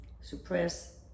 suppress